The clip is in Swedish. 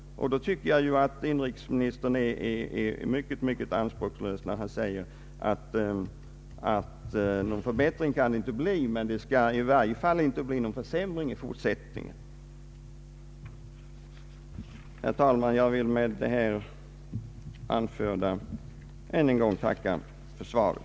Jag tycker att inrikesministern är mycket, mycket anspråkslös när han förklarar att det inte kan bli någon för bättring men i varje fall inte någon försämring. Herr talman! Med det anförda vill jag ännu en gång tacka för svaret.